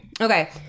okay